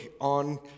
on